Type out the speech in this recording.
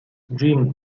jim